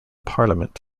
parliament